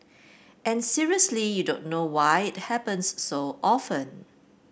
and seriously you don't know why it happens so often